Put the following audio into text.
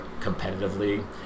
competitively